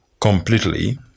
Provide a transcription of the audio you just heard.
completely